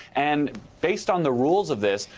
and based on the rules of this,